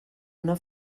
una